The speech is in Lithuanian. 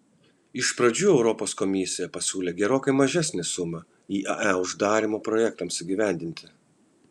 iš pradžių europos komisija pasiūlė gerokai mažesnę sumą iae uždarymo projektams įgyvendinti